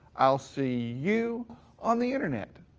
i'll see you on the internet.